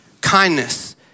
kindness